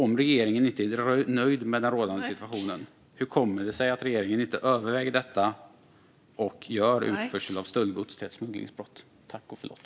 Om regeringen inte är nöjd med den rådande situationen, hur kommer det sig att regeringen inte överväger att göra utförsel av stöldgods till ett smugglingsbrott?